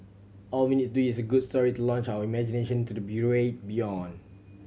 all we need is a good story to launch our imagination to the beyond